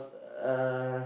uh